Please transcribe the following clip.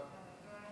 ההצעה